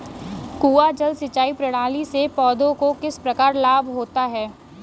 कुआँ जल सिंचाई प्रणाली से पौधों को किस प्रकार लाभ होता है?